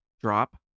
drop